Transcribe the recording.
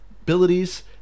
abilities